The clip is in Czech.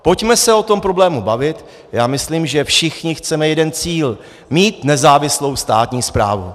Pojďme se o tom problému bavit, myslím, že všichni chceme jeden cíl: mít nezávislou státní správu.